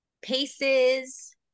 paces